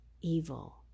evil